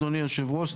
אדוני היושב-ראש,